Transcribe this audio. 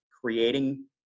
creating